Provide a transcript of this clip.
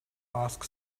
ask